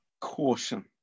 Caution